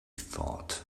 thought